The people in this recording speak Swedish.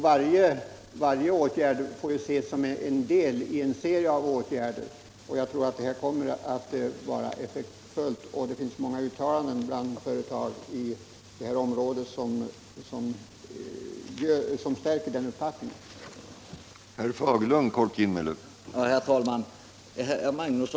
Varje åtgärd får för övrigt ses som en del av en serie åtgärder som tillsammans bör ha god inverkan för en ökad sysselsättning, och det finns många uttalanden av företag i detta område som styrker den uppfattningen att en sänkning av arbetsgivaravgiften skulle ha en sådan effekt.